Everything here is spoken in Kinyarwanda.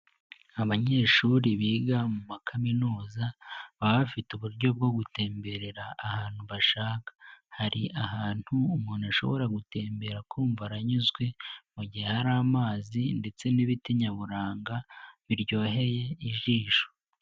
Abanyeshuri biga mu ma kaminuza baba bafite uburyo bwo gutemberera ahantu bashaka. Hari ahantu umuntu ashobora gutembera akumva aranyuzwe, mu gihe hari amazi ndetse n'ibiti nyaburanga biryoheye ijisho.